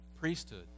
priesthood